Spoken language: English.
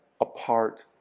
apart